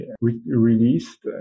released